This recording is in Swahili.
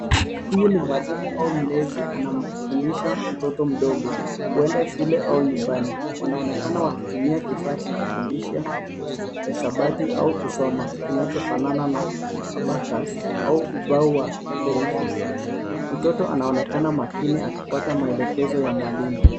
Huyu ni mwalimu au mlezi anamfundisha mtoto mdogo huenda shule au nyumbani. Wanaonekana wakitumia kifaa cha kufundisha hisabati au kusoma kinachofanana na abackers au ubao wa herufi. Mtoto anaonekana makini akifuata maelekezo ya mwalimu.